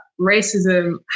racism